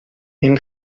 این